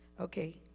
Okay